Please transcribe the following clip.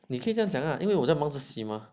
你可以这样讲啦因为我在忙着洗吗